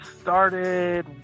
started